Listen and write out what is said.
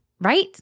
right